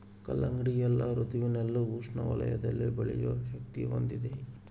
ಕಲ್ಲಂಗಡಿ ಎಲ್ಲಾ ಋತುವಿನಲ್ಲಿ ಉಷ್ಣ ವಲಯದಲ್ಲಿ ಬೆಳೆಯೋ ಶಕ್ತಿ ಹೊಂದಿದೆ